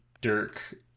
dirk